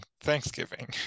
thanksgiving